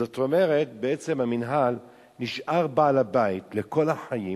זאת אומרת, בעצם המינהל נשאר בעל-הבית לכל החיים